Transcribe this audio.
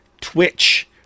Twitch